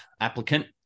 applicant